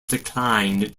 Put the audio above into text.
declined